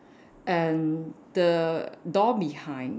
and the door behind